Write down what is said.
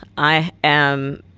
i am,